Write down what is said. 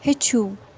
ہیٚچھِو